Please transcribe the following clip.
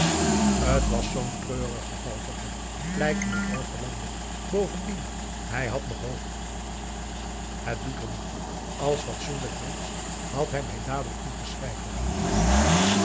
t was zoo'n treurig geval voor hem pleitte mevrouw verlande bovendien hij had nog hoop het doet er niet toe als fatsoenlijk mensch had hij mij dadelijk moeten schrijven